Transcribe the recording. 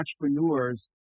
entrepreneurs